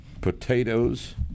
potatoes